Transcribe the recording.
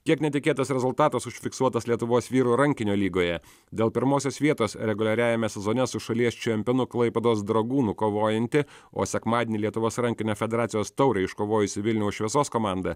kiek netikėtas rezultatas užfiksuotas lietuvos vyrų rankinio lygoje dėl pirmosios vietos reguliariajame sezone su šalies čempionu klaipėdos dragūnu kovojanti o sekmadienį lietuvos rankinio federacijos taurę iškovojusi vilniaus šviesos komanda